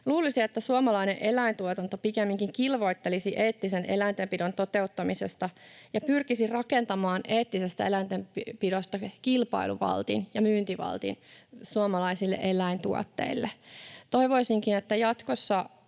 Luulisi, että suomalainen eläintuotanto pikemminkin kilvoittelisi eettisen eläintenpidon toteuttamisesta ja pyrkisi rakentamaan eettisestä eläintenpidosta kilpailuvaltin ja myyntivaltin suomalaisille eläintuotteille. Toivoisinkin, että jatkossa